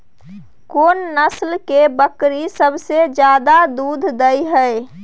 कोन नस्ल के बकरी सबसे ज्यादा दूध दय हय?